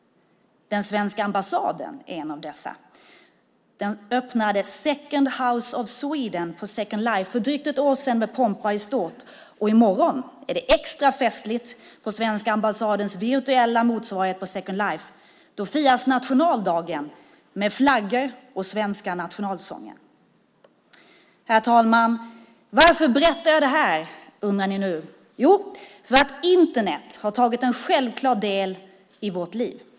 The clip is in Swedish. Den svenska ambassaden tillhör dessa. Den öppnade Second House of Sweden på Second Life för drygt ett år sedan med pompa och ståt. I morgon är det extra festligt på svenska ambassadens virtuella motsvarighet på Second Life. Då firas nämligen nationaldagen med flaggor och svenska nationalsången. Herr talman! Varför berättar jag det här, undrar ni nu. Jo, för att Internet numera har en självklar plats i våra liv.